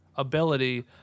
ability